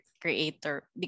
creator